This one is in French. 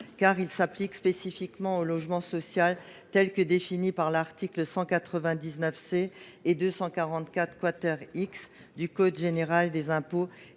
car il s’applique spécifiquement au logement social tel que défini par les articles 199 C et 244 X du code général des impôts,